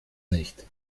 nicht